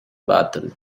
bottle